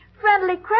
friendly